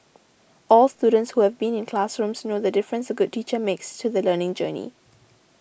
all students who have been in classrooms know the difference a good teacher makes to the learning journey